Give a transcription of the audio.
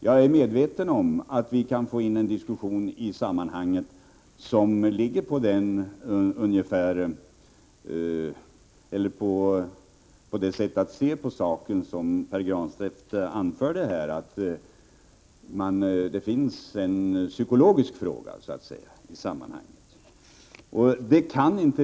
Jag är medveten om att vi kan få en diskussion i sammanhanget där man för in ungefär det sätt att se på saken som Pär Granstedt här uttryckte — att det finns en psykologisk fråga att ta hänsyn till.